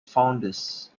founders